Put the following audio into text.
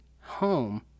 home